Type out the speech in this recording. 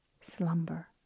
slumber